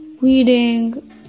reading